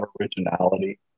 originality